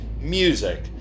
music